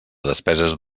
despeses